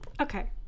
Okay